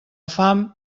fam